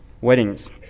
weddings